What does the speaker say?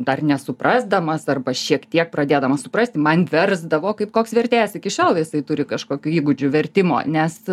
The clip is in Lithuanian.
dar nesuprasdamas arba šiek tiek pradėdamas suprasti man versdavo kaip koks vertėjas iki šiol jisai turi kažkokių įgūdžių vertimo nes